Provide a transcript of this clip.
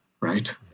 right